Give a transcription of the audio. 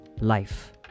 life